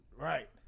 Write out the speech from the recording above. Right